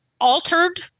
altered